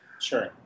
Sure